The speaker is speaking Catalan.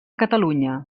catalunya